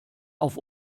auf